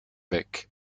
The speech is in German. weg